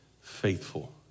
faithful